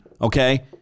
okay